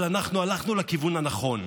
אבל אנחנו הלכנו לכיוון הנכון.